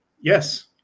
Yes